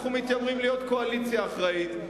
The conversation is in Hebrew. אנחנו מתיימרים להיות קואליציה אחראית.